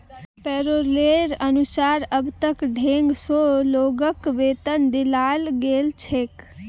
पैरोलेर अनुसार अब तक डेढ़ सौ लोगक वेतन दियाल गेल छेक